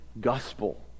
gospel